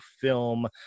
film